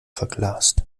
verglast